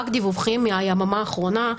דיווחים רק מהיממה האחרונה.